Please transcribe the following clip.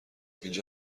اینجا